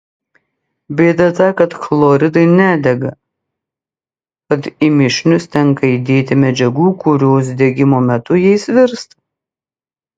bėda ta kad chloridai nedega tad į mišinius tenka įdėti medžiagų kurios degimo metu jais virsta